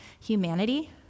humanity